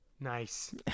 Nice